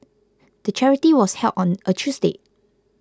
the charity was held on a Tuesday